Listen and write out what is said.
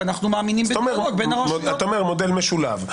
אתה מדבר על מודל משולב,